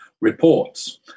reports